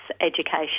education